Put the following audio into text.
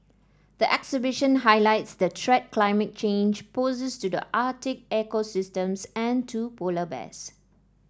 the exhibition highlights the threat climate change poses to the Arctic ecosystems and to polar bears